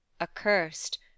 Accursed